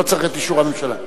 לא צריך את אישור הממשלה.